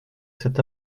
cet